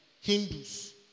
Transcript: Hindus